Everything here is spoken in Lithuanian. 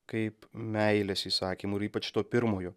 kaip meilės įsakymų ir ypač to pirmojo